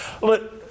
Look